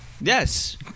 Yes